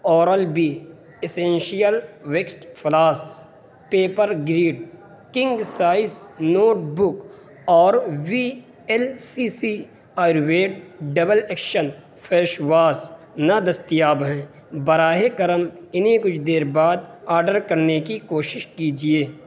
oral B essential waxed floss paper grid king size notebook اور V L C C Ayurved double action face wash نادستیاب ہیں براہ کرم انہیں کچھ دیر بعد آڈر کرنے کی کوشش کیجیے